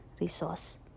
resource